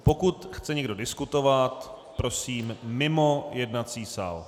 Pokud chce někdo diskutovat, prosím mimo jednací sál.